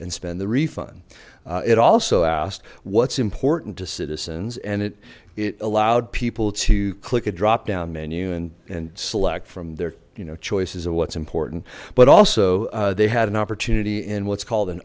and spend the refund it also asked what's important to citizens and it it allowed people to click a drop down menu and select from there you know choices of what's important but also they had an opportunity in what's called an